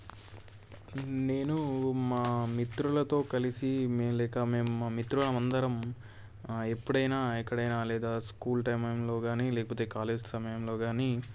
నేను మా మిత్రులతో కలిసి మేము లేక మేము మా మిత్రులము అందరం ఎప్పుడైనా ఎక్కడైనా లేదా స్కూల్ టైంలో కానీ లేకపోతే కాలేజ్ సమయంలో కానీ